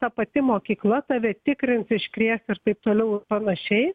ta pati mokykla tave tikrins iškrės ir taip toliau ir panašiai